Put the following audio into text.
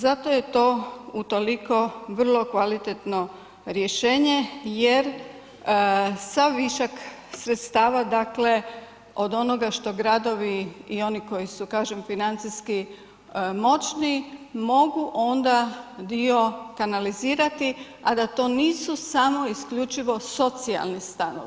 Zato je to utoliko vrlo kvalitetno rješenje jer sav višak sredstava, dakle, od onoga što gradovi i oni koji su, kažem financijski moćni, mogu onda dio kanalizirati, a da to nisu samo isključivo socijalni stanovi.